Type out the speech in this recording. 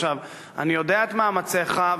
אני יודע את מאמציך,